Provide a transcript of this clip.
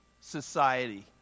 society